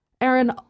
Aaron